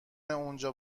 اونجا